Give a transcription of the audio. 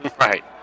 right